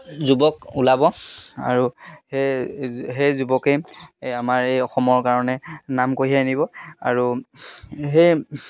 যুৱক ওলাব আৰু সেই সেই যুৱকেই আমাৰ এই অসমৰ কাৰণে নাম কঢ়িয়াই আনিব আৰু সেই